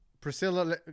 Priscilla